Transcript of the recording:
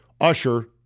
Usher